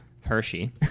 Hershey